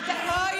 חבר'ה.